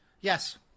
Yes